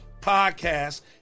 podcast